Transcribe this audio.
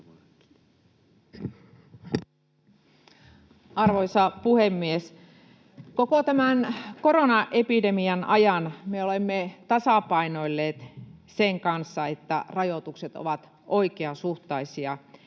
Arvoisa puhemies! Koko tämän koronaepidemian ajan me olemme tasapainoilleet sen kanssa, että rajoitukset ovat oikeasuhtaisia,